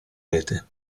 rete